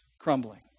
crumbling